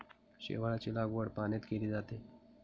शेवाळाची लागवड पाण्यात केली जाते